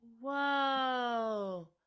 Whoa